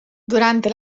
durante